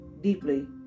deeply